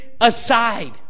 aside